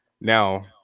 now